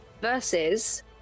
versus